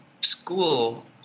school